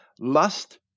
lust